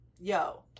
Yo